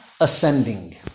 ascending